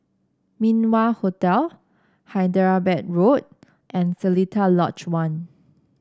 Min Wah Hotel Hyderabad Road and Seletar Lodge One